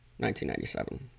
1997